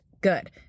good